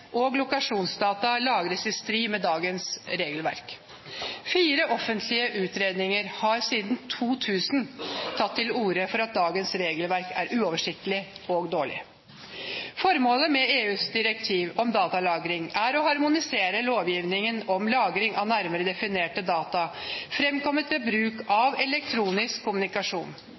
og lokasjonsdata lagres i strid med dagens regelverk. Fire offentlige utredninger har siden 2000 tatt til orde for at dagens regelverk er uoversiktlig og dårlig. Formålet med EUs direktiv om datalagring er å harmonisere lovgivningen om lagring av nærmere definerte data fremkommet ved bruk av elektronisk kommunikasjon.